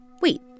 wait